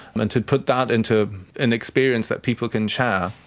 and to put that into an experience that people can share,